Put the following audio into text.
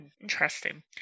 Interesting